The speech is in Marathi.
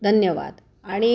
धन्यवाद आणि